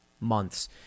months